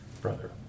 brother